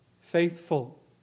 faithful